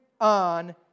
on